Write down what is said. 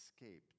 escaped